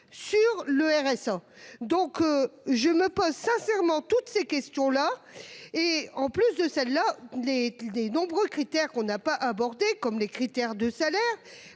sur le RSA. Donc je me pose sincèrement toutes ces questions là et en plus de celle-là les des nombreux critères qu'on n'a pas abordé comme les critères de salaire